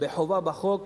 בחובה בחוק.